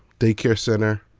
daycare center,